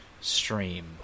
stream